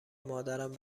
مادرم